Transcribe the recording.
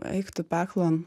eik tu peklon